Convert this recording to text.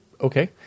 okay